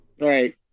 Right